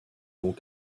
noms